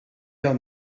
gael